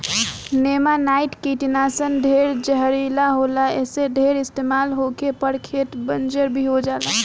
नेमानाइट कीटनाशक ढेरे जहरीला होला ऐसे ढेर इस्तमाल होखे पर खेत बंजर भी हो जाला